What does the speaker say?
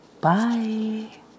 Bye